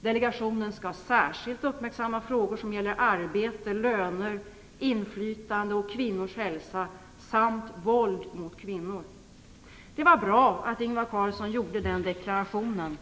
Delegationen skall särskilt uppmärksamma frågor som gäller arbete, löner och inflytande samt kvinnors hälsa och våld mot kvinnor. Det är bra att Ingvar Carlsson gjorde den deklarationen.